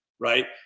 Right